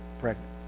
pregnant